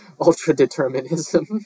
ultra-determinism